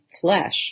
flesh